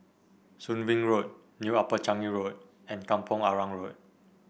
Soon Wing Road New Upper Changi Road and Kampong Arang Road